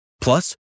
Plus